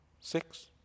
six